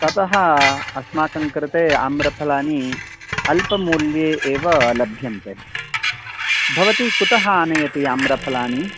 तत अस्माकं कृते आम्रफलानि अल्पमूल्ये एव लभ्यन्ते भवति कुत आनयति आम्रफलानि